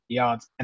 yards